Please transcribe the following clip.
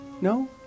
No